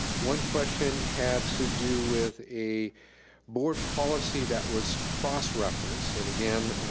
one question had to do with a board policy that was cross-referenced, and again,